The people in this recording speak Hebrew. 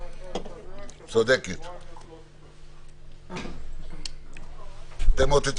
--- מה שמתכתב עם מרכז חייו בארץ - אתם יודעים